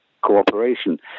cooperation